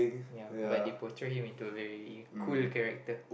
ya but they portray him into a very cool character